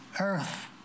earth